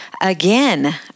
Again